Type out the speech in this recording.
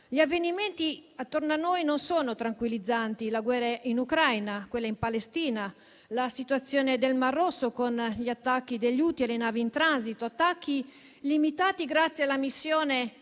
Gli avvenimenti attorno a noi non sono tranquillizzanti: la guerra in Ucraina, quella in Palestina, la situazione del Mar Rosso con gli attacchi degli Houthi alle navi in transito, attacchi limitati grazie alla missione